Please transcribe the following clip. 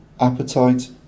appetite